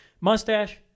mustache